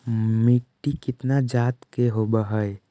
मिट्टी कितना जात के होब हय?